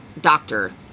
doctor